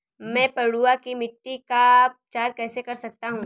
मैं पडुआ की मिट्टी का उपचार कैसे कर सकता हूँ?